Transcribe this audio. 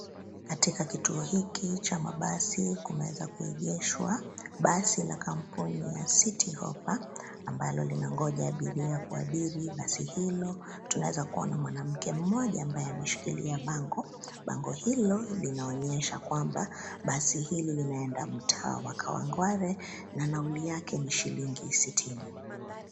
Katika kituo hiki cha mabasi, kumeweza kuegeshwa basi na kampuni ya city hoppa ambalo linangoja abiria kuabiri basi hilo. Tunaweza kuona mwanamke mmoja ambaye ameshikilia bango, bango hilo linaonyesha kwamba basi hili linaenda mtaa wa kawangware na nauli yake ni shilingi sitini.